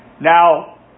Now